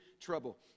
trouble